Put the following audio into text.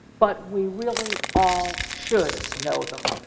but we really all should know them.